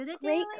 Great